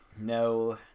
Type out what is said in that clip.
No